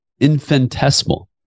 infinitesimal